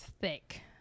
thick